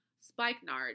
Spikenard